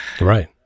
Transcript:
Right